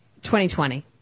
2020